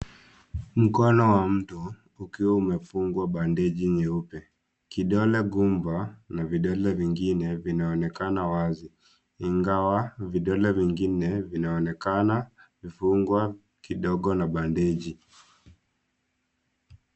Mkono wa mtu, ukiwa umefungwa bandeji nyeupe. Kidole gumba na vidole vingine vinaonekana wazi ingawa vidole vingine vinaonekana kufungwa kidogo na bandeji.